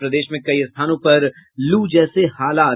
और प्रदेश में कई स्थानों पर लू जैसे हालात